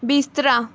ਬਿਸਤਰਾ